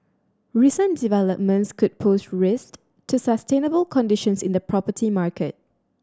recent developments could pose risk to sustainable conditions in the property market